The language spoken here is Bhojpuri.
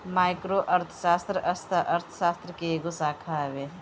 माईक्रो अर्थशास्त्र, अर्थशास्त्र के एगो शाखा हवे